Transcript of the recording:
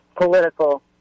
political